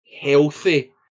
healthy